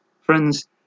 Friends